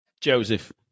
Joseph